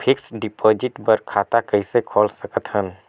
Fixed deposit बर खाता कइसे खोल सकत हन?